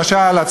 למשל,